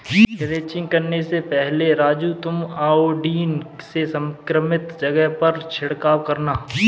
crutching करने से पहले राजू तुम आयोडीन से संक्रमित जगह पर छिड़काव करना